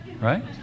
right